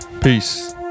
Peace